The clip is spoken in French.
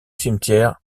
cimetière